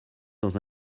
dans